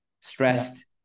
stressed